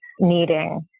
needing